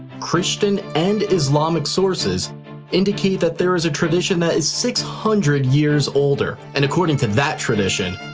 christian, and islamic sources indicate that there is a tradition that is six hundred years older, and according to that tradition,